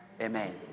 Amen